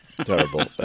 terrible